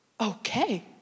okay